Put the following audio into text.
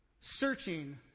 searching